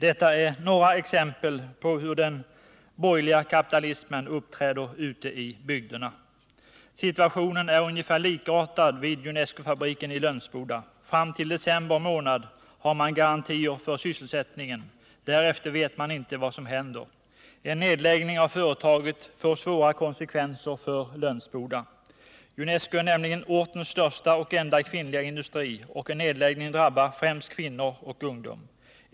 Detta är några exempel på hur den borgerliga kapitalismen uppträder ute i bygderna. Situationen är ungefär likartad vid Junescofabriken i Lönsboda. Fram till december månad har man garantier för sysselsättningen; därefter vet man inte vad som händer. En nedläggning av företaget får svåra konsekvenser för Lönsboda. Junesco är nämligen ortens största industri och den enda kvinnliga industrin, och en nedläggning drabbar främst kvinnor och ungdom.